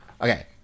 Okay